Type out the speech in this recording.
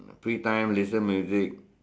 free time listen music